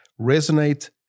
resonate